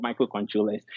microcontrollers